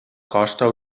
costa